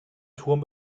turm